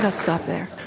ah stop there.